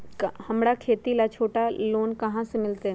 हमरा खेती ला छोटा लोने कहाँ से मिलतै?